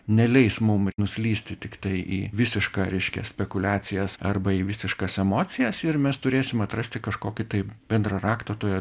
neleis mum nuslysti tiktai į visišką reiškia spekuliacijas arba į visiškas emocijas ir mes turėsim atrasti kažkokį tai bendrą raktą toje